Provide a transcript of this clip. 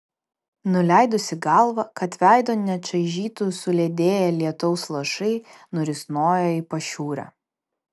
nuleidusi galvą kad veido nečaižytų suledėję lietaus lašai nurisnojo į pašiūrę